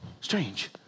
Strange